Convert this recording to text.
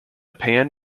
pan